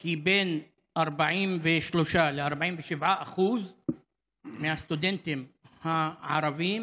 כי בין 43% ל-47% מהסטודנטים הערבים